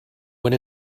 went